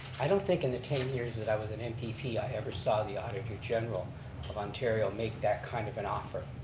i don't think in the ten years that i was at npp, i ever saw the auditor general of ontario make that kind of an offer,